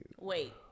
Wait